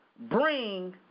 bring